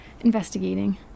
investigating